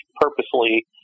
purposely